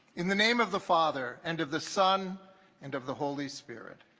in the name of the father and of the son and of the holy spirit